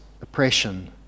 oppression